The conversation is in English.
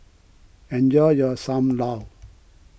enjoy your Sam Lau